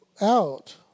out